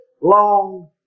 long